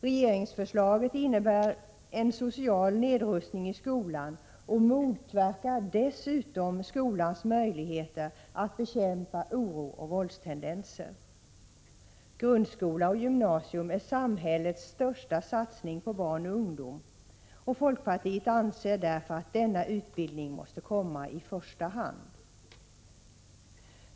Regeringsförslaget innebär en social nedrustning i skolan och motverkar dessutom skolans möjligheter att bekämpa oro och våldstendenser. Grundskola och gymnasium är samhällets största satsning på barn och ungdom. Folkpartiet anser därför att denna utbildning måste komma i första hand.